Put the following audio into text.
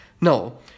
No